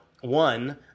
one